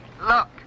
Look